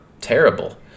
terrible